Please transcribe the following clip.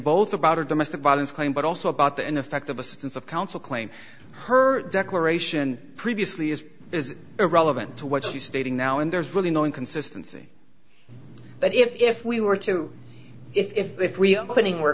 both about her domestic violence claim but also about the ineffective assistance of counsel claim her declaration previously is is irrelevant to what she's stating now and there's really no inconsistency but if we were to if we are putting wor